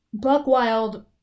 Buckwild